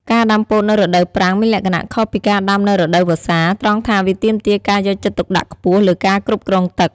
ការដាំពោតនៅរដូវប្រាំងមានលក្ខណៈខុសពីការដាំនៅរដូវវស្សា ត្រង់ថាវាទាមទារការយកចិត្តទុកដាក់ខ្ពស់លើការគ្រប់គ្រងទឹក។